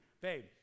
babe